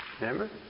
Remember